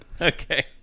okay